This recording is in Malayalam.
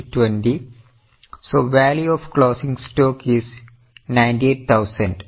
So value of closing stock is 98000 are you getting